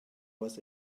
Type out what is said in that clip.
was